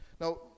Now